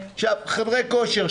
עכשיו, חדרי כושר.